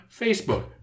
Facebook